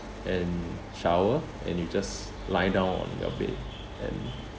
and shower and you just lying down on your bed and